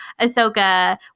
Ahsoka